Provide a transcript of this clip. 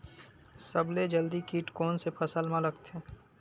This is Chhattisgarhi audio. सबले जल्दी कीट कोन से फसल मा लगथे?